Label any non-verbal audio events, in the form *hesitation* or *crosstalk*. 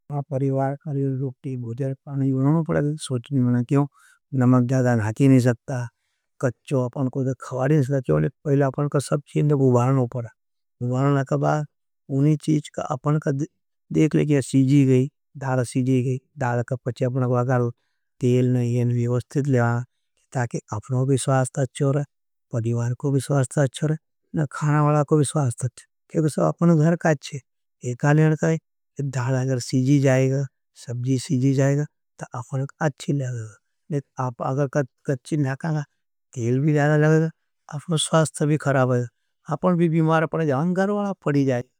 परिवार, रोटी, भुद्यार, पाने यूड़ानों पड़ा गया, सोचनी मैंने क्यों, नमग ज़्यादा नहाथी नहीं सकता, कच्चो अपनको खवाड़ी नहीं सकता, चोले पहले अपनको सब चींद गुबारनों पड़ा। अपने अपने परिवार, परिवार, रोटी, भुद्यार, पाने यूड़ानों पड़ा गया, *hesitation* सोचनी मैंने क्यों, नमग ज़्यादा नहीं सकता। कच्चो अपने परिवार, रोटी, भुद्यार, पाने यूड़ानों पड़ा गया, सोचनी मैंने क्यों, चोले पहले अपने भी बीमार पड़े, जान गर्वाला फड़ी जाए।